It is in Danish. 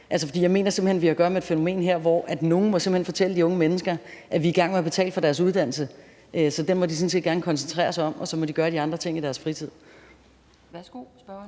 er i orden. Jeg mener simpelt hen, at vi her har at gøre med et fænomen, hvor nogen må fortælle de unge mennesker, at vi er i gang med at betale for deres uddannelse, så den må de sådan set gerne koncentrere sig om, og så må de gøre de andre ting i deres fritid. Kl. 13:40 Anden